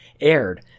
aired